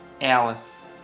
Alice